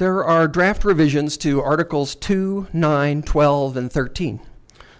there are draft revisions to articles to nine twelve and thirteen